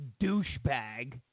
douchebag